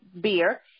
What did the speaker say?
beer